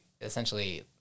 essentially